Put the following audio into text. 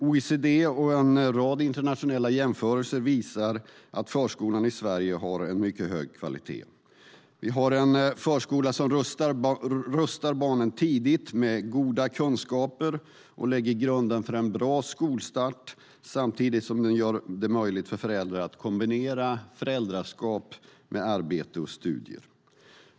OECD och en rad internationella jämförelser visar att förskolan i Sverige har en mycket hög kvalitet. Vi har en förskola som rustar barnen tidigt med goda kunskaper och lägger grunden för en bra skolstart samtidigt som den gör det möjligt för föräldrar att kombinera föräldraskap med arbete och studier.